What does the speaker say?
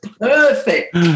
perfect